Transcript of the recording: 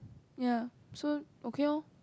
ya so okay lor